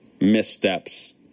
missteps